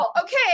okay